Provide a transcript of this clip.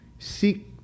Seek